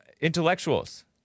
intellectuals